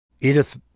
Edith